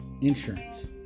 insurance